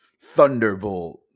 Thunderbolt